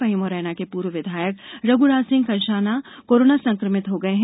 वहीं मुरैना के पूर्व विधायक रघुराज सिंह कंषाना कोरोना संक्रमित हो गए है